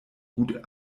gut